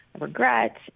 regret